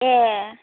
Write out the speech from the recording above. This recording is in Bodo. ए